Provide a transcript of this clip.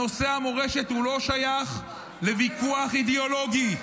נושא המורשת הוא לא שייך לוויכוח אידיאולוגי.